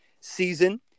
season